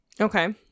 Okay